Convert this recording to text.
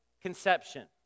Conception